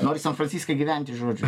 nori san franciske gyventi žodžiu